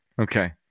Okay